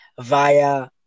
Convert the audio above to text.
via